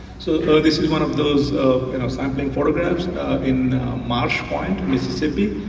so so this is one of those sampling photographs in marsh wind, mississippi.